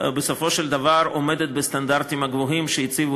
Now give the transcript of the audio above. בסופו של דבר עומדת בסטנדרטים הגבוהים שהציבו